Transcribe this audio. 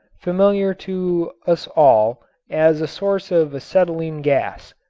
familiar to us all as a source of acetylene gas.